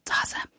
Awesome